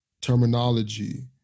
terminology